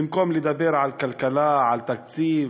במקום לדבר על כלכלה, על תקציב,